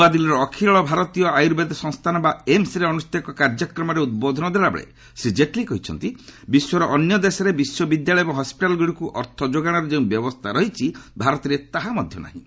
ନ୍ୱଆଦିଲ୍ଲୀର ଅଖଳ ଭାରତୀୟ ଆୟୁର୍ବେଦ ସଂସ୍ଥାନ ବା ଏମ୍ସ୍ରେ ଅନୁଷ୍ଠିତ ଏକ କାର୍ଯ୍ୟକ୍ରମରେ ଉଦ୍ବୋଧନ ଦେଲାବେଳେ ଶ୍ରୀ ଜେଟ୍ଲୀ କହିଛନ୍ତି ବିଶ୍ୱର ଅନ୍ୟ ଦେଶରେ ବିଶ୍ୱବିଦ୍ୟାଳୟ ଏବଂ ହସ୍କିଟାଲ୍ଗୁଡ଼ିକୁ ଅର୍ଥଯୋଗାଣର ଯେଉଁ ବ୍ୟବସ୍ଥା ରହିଛି ଭାରତରେ ତାହା ମଧ୍ୟ ନାହିଁ